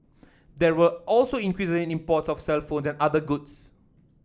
there were also increase imports of cellphone and other goods